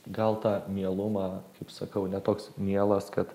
gal tą mielumą kaip sakau ne toks mielas kad